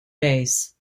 base